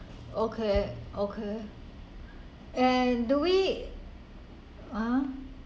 okay okay and do we uh